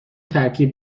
ترکیب